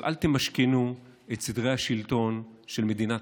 אבל אל תמשכנו את סדרי השלטון של מדינת